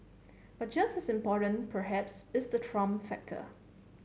but just as important perhaps is the Trump factor